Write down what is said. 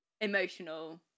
emotional